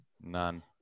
None